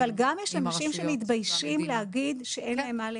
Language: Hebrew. יש גם אנשים שמתביישים להגיד שאין להם מה לאכול.